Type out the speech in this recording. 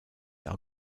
are